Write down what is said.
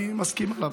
אני מסכים עליו: